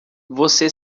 você